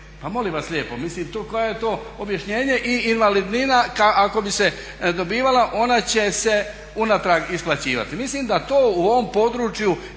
Pa molim vas lijepo, mislim koje je to objašnjenje? I invalidnina ako bi se dobivala ona će se unatrag isplaćivati. Mislim da to u ovom području